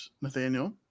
Nathaniel